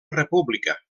república